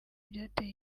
byateye